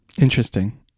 Interesting